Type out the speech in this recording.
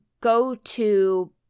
go-to